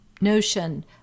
notion